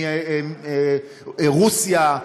ומרוסיה,